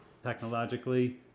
technologically